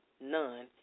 none